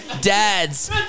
dads